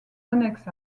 annexes